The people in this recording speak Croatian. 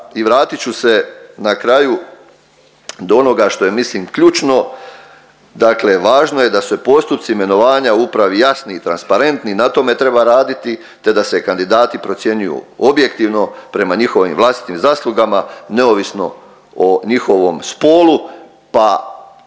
i vratit ću se na kraju do onoga što je mislim ključno. Dakle, važno je da su postupci imenovanja u upravi jasni i transparentni na tome treba raditi te da se kandidati procjenjuju objektivno prema njihovim vlastitim zaslugama neovisno o njihovom spolu pa